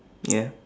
ya